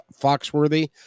Foxworthy